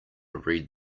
read